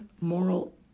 moral